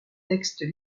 textes